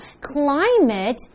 climate